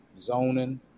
zoning